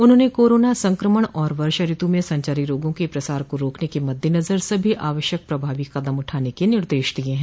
उन्होंने कोरोना संक्रमण और वर्षा ऋतु में संचारी रोगों के प्रसार को रोकने के मद्देनजर सभी आवश्यक प्रभावी कदम उठाने के निर्देश दिये हैं